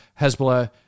Hezbollah